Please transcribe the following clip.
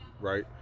right